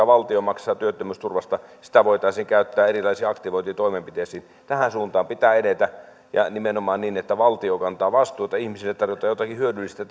valtio maksaa työttömyysturvasta voitaisiin käyttää erilaisiin aktivointitoimenpiteisiin tähän suuntaan pitää edetä ja nimenomaan niin että valtio kantaa vastuuta ihmisille tarjotaan jotakin hyödyllistä